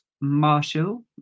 marshall